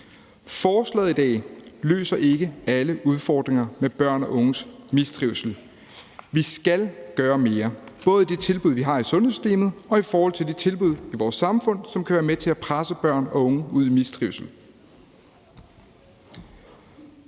Forslaget i dag løser ikke alle udfordringer med børn og unges mistrivsel. Vi skal gøre mere, både i de tilbud, vi har i sundhedssystemet, og i forhold til de tilbud i vores samfund, som kan være med til at presse børn og unge ud i mistrivsel.